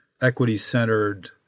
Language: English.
equity-centered